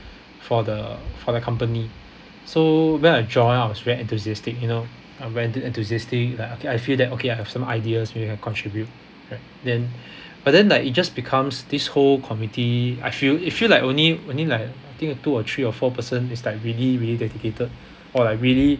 for the for the company so when I join I was very enthusiastic you know I'm very enthu~ enthusiastic like okay I feel that okay I have some ideas maybe I contribute right then but then like it just becomes this whole committee I feel it feel like only only like I think only two or three or four person is like really really dedicated or like really